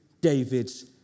David's